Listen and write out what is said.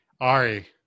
Ari